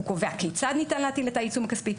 הוא קובע כיצד ניתן להטיל את העיצום הכספי.